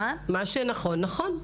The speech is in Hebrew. מה שנכון נכון.